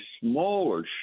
smaller